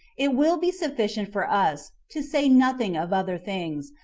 it will be sufficient for us, to say nothing of other things,